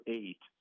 eight